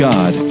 God